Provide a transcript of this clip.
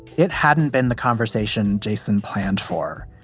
it hadn't been the conversation jason planned for.